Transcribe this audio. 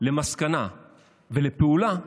למסקנה ולפעולה,